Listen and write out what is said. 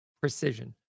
precision